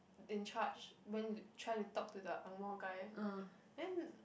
in charge went to the try to talk to the angmoh guy then